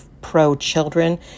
pro-children